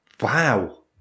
wow